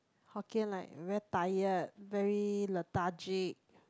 Hokkien like very tired very lethargic